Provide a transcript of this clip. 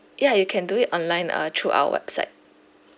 ya you can do it online uh through our website